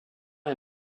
est